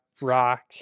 rock